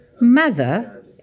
Mother